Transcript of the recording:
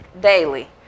daily